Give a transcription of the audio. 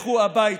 לכו הביתה,